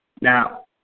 Now